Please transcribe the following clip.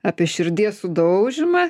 apie širdies sudaužymą